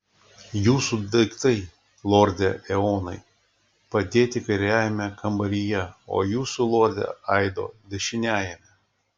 jūsų daiktai lorde eonai padėti kairiajame kambaryje o jūsų lorde aido dešiniajame